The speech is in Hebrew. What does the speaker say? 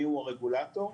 מיהו הרגולטור,